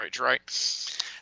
Right